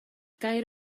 gair